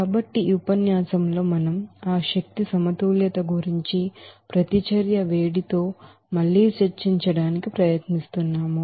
కాబట్టి ఈ ఉపన్యాసంలో మనం ఆ ఎనర్జీ బాలన్స్ గురించి హీట్ అఫ్ రియాక్షన్ తో మళ్లీ చర్చించడానికి ప్రయత్నిస్తాము